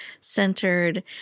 centered